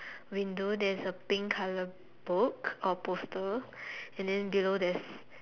window there's a pink color book or poster and then below there's